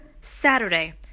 saturday